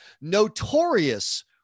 Notorious